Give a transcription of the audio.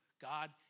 God